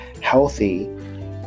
healthy